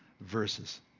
verses